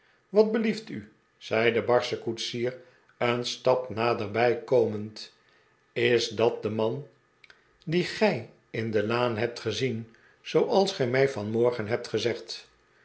wat belieft u zei de barsche koetsier een stap naderbij komend is dat de man dien gij in de laan hebt gezien zooals gij mij vanmorgen hebt gezegd